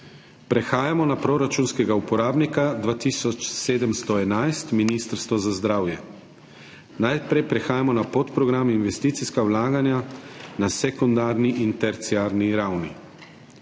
Prehajamo na proračunskega uporabnika 2711 Ministrstvo za zdravje. Najprej prehajamo na podprogram Investicijska vlaganja na sekundarni in terciarni ravni.